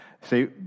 See